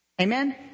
Amen